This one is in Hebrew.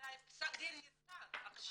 אבל פסק הדין ניתן עכשיו.